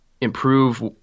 improve